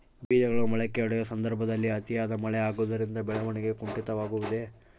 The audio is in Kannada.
ಬೇಜಗಳು ಮೊಳಕೆಯೊಡೆಯುವ ಸಂದರ್ಭದಲ್ಲಿ ಅತಿಯಾದ ಮಳೆ ಆಗುವುದರಿಂದ ಬೆಳವಣಿಗೆಯು ಕುಂಠಿತವಾಗುವುದೆ?